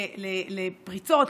לפריצות,